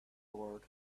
board